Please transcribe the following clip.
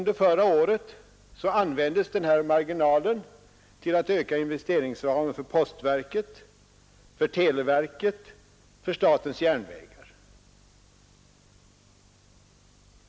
Denna marginal användes under förra året till att öka investeringsramen för postverket, för televerket och för statens järnvägar.